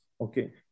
Okay